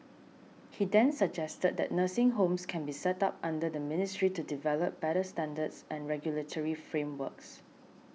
he then suggested that nursing homes can be set up under the ministry to develop better standards and regulatory frameworks